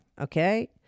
okay